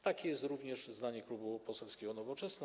Takie jest również zdanie Klubu Poselskiego Nowoczesna.